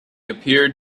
appeared